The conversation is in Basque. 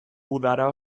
udara